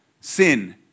Sin